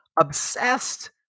obsessed